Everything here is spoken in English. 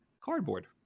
cardboard